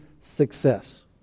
success